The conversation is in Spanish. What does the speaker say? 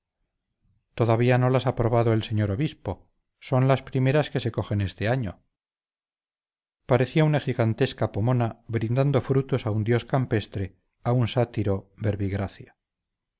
todavía no las ha probado el señor obispo son las primeras que se cogen este año parecía una gigantesca pomona brindando frutos a un dios campestre a un sátiro